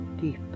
deep